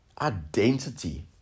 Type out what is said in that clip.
identity